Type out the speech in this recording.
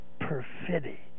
perfidy